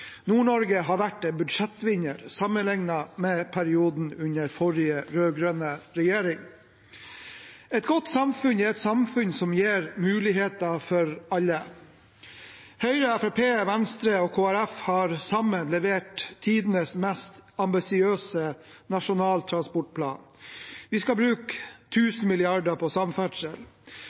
Nord-Norge har vært en budsjettvinner sammenlignet med perioden under forrige, rød-grønne, regjering. Et godt samfunn er et samfunn som gir muligheter for alle. Høyre, Fremskrittspartiet, Venstre og Kristelig Folkeparti har sammen levert tidenes mest ambisiøse nasjonale transportplan. Vi skal bruke 1 000 mrd. kr på samferdsel.